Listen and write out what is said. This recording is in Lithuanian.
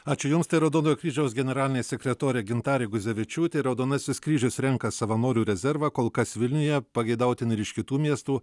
ačiū jums tai raudonojo kryžiaus generalinė sekretorė gintarė guzevičiūtė raudonasis kryžius renka savanorių rezervą kol kas vilniuje pageidautina ir iš kitų miestų